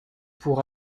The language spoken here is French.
pour